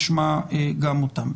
נשמע גם אותם.